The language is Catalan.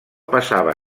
passava